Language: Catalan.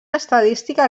estadística